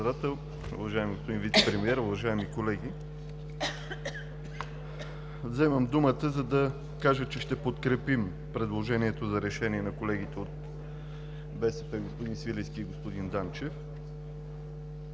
Уважаеми господин Вицепремиер, уважаеми колеги! Взимам думата, за да кажа, че ще подкрепим предложението за решение на колегите от БСП господин Свиленски и господин Данчев